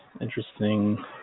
interesting